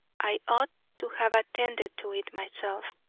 i ought to have attended to it myself.